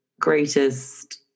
greatest